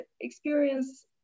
experience